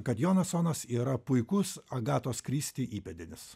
kad jonasonas yra puikus agatos kristi įpėdinis